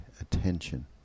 attention